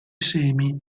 semi